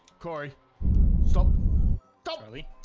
cory stop totally